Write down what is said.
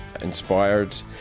inspired